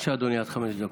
בבקשה אדוני, עד חמש דקות.